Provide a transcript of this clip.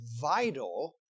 vital